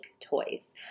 toys